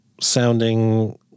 sounding